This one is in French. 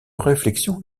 réflexion